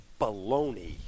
baloney